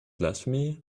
blasphemy